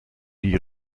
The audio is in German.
die